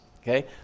Okay